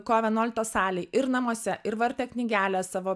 kovo vienuoliktos salėj ir namuose ir vartė knygelę savo